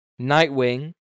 Nightwing